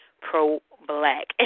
pro-black